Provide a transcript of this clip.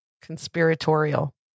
conspiratorial